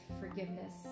forgiveness